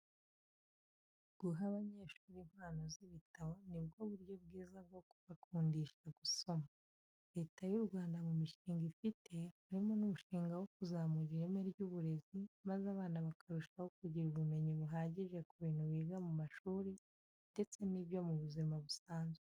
Guha abanyeshuri impano z'ibitabo ni bwo buryo bwiza bwo kubakundisha gusoma. Leta y'u Rwanda mu mishinga ifite, harimo n'umushinga wo kuzamura ireme ry'uburezi maze abana bakarushaho kugira ubumenyi buhagije ku bintu biga mu mashuri ndetse n'ibyo mu buzima busanzwe.